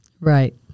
Right